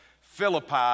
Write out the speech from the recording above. Philippi